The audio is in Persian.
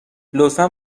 لطفا